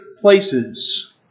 places